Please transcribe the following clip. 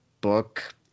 book